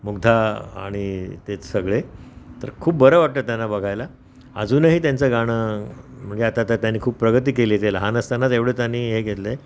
मुग्धा आणि तेच सगळे तर खूप बरं वाटतं त्यांना बघायला अजूनही त्यांचं गाणं म्हणजे आता त्यांनी खूप प्रगती केली ते लहान असतानाच एवढं त्यांनी हे घेतलं आहे